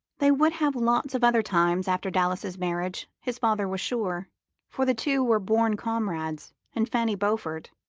they would have lots of other times after dallas's marriage, his father was sure for the two were born comrades, and fanny beaufort,